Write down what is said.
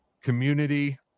community